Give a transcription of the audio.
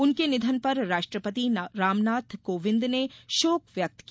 उनके निधन पर राष्ट्रपति रामनाथ कोविन्द ने शोक व्यक्त किया